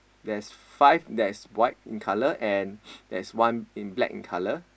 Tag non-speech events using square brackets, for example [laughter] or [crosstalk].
there's five that is white in colour and [noise] there's one in black in colour